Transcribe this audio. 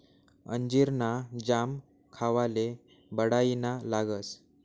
अंजीर ना जाम खावाले बढाईना लागस